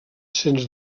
sens